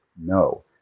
No